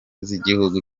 z’igihugu